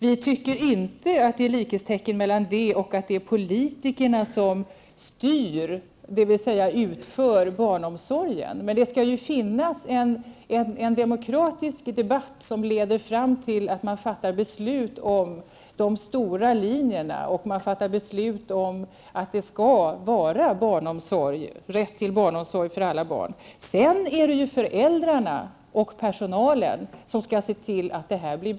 Vi tycker inte att det är att sätta ett likhetstecken med att politikerna styr, dvs. utför, barnomsorgen. Men det skall finnas en demokratisk debatt som leder fram till att man fattar beslut om de stora linjerna och att man fattar beslut om att det skall finnas en rätt till barnomsorg för alla barn. Sedan är det föräldrarna och personalen som skall se till att dessa mål uppnås.